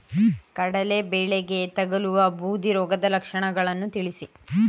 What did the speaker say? ಕಡಲೆ ಬೆಳೆಗೆ ತಗಲುವ ಬೂದಿ ರೋಗದ ಲಕ್ಷಣಗಳನ್ನು ತಿಳಿಸಿ?